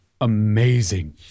Amazing